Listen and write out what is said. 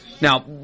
now